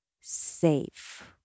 safe